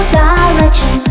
direction